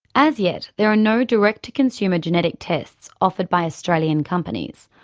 as yet there are no direct-to-consumer genetic tests offered by australian companies.